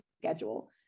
schedule